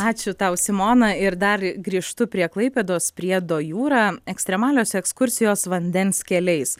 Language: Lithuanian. ačiū tau simona ir dar grįžtu prie klaipėdos priedo jūra ekstremalios ekskursijos vandens keliais